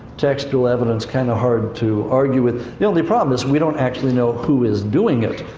textual evidence, kind of hard to argue with. the only problem is, we don't actually know who is doing it.